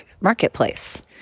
marketplace